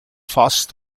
fast